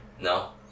No